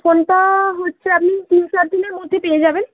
ফোনটা হচ্ছে আপনি তিন চার দিনের মধ্যে পেয়ে যাবেন